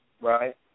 right